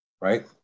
right